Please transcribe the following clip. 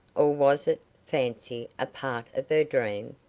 or was it fancy a part of her dream?